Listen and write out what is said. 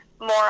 more